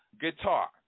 guitar